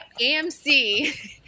AMC